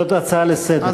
זאת הצעה לסדר-היום.